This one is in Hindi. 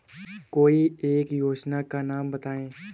कोई एक योजना का नाम बताएँ?